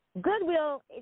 goodwill